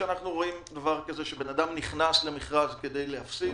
אנחנו רואים שבן אדם נכנס למכרז כדי להפסיד